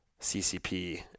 CCP